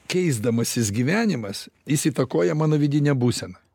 keisdamasis gyvenimas jis įtakoja mano vidinę būseną